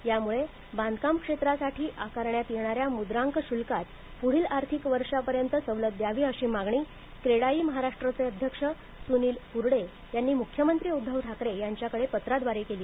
त्यामुळे बांधकाम क्षेत्रासाठी आकारण्यात येणाऱ्या मुद्रांक शुल्कात पुढील आर्थिक वर्षापर्यंत सवलत द्यावी अशी मागणी क्रेडाई महाराष्ट्रचे अध्यक्ष सुनील फुरडे यांनी मुख्यमंत्री उद्दव ठाकरे यांच्याकडे पत्राद्वारे केली